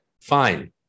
Fine